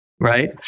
right